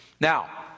Now